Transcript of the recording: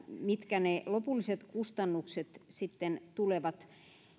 mitkä ne lopulliset kustannukset sitten tulevat